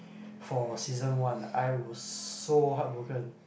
for season one I was so heart broken